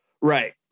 Right